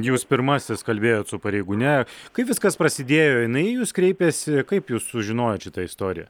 jūs pirmasis kalbėjot su pareigūne kaip viskas prasidėjo jinai į jus kreipėsi kaip jūs sužinojot šitą istoriją